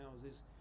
houses